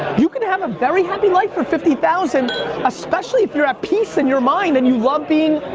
you can have a very happy life for fifty thousand especially if you're at peace in your mind and you love being